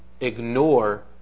ignore